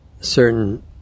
certain